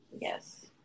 Yes